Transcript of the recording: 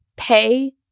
Pay